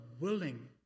willing